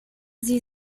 sie